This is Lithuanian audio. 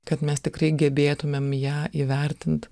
kad mes tikrai gebėtumėm ją įvertint